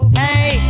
hey